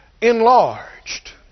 enlarged